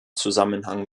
zusammenhang